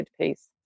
piece